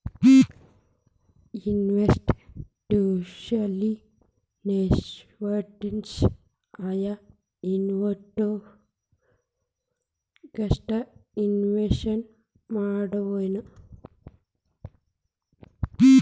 Institutional investors ಆಯಾ institute ಗಷ್ಟ invest ಮಾಡ್ತಾವೆನ್?